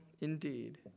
indeed